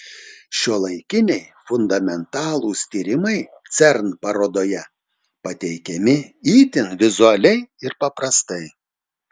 šiuolaikiniai fundamentalūs tyrimai cern parodoje pateikiami itin vizualiai ir paprastai